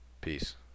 Peace